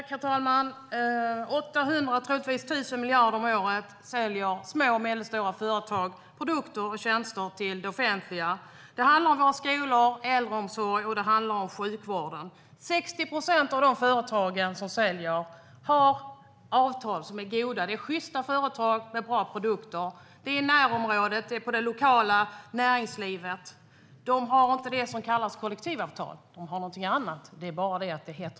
Herr talman! För 800 eller troligtvis 1 000 miljarder om året säljer små och medelstora företag produkter och tjänster till det offentliga. Det handlar om våra skolor, vår äldreomsorg och vår sjukvård. 60 procent av de företagen har avtal som är goda. Det är sjysta företag i det lokala näringslivet med bra produkter. De har inte det som kallas kollektivavtal. De har någonting annat; det heter bara någonting annat.